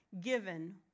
given